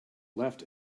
left